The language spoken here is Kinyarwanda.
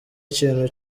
ikintu